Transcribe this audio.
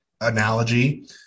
analogy